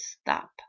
stop